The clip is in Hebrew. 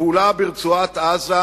הפעולה ברצועת-עזה,